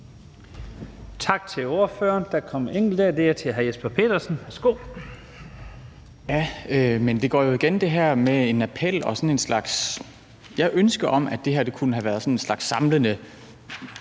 Tak til ordføreren. Der er en kort bemærkning til hr. Jesper Petersen. Værsgo. Kl. 14:13 Jesper Petersen (S): Det går jo igen det her med en appel og sådan en slags ønske om, at det her kunne have været en slags samlende